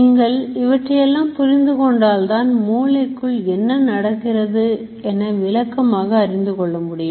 நீங்கள் இவற்றையெல்லாம் புரிந்து கொண்டால் தான் மூளைக்குள் என்ன நடக்கிறது என விளக்கமாக அறிந்து கொள்ள முடியும்